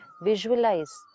Visualize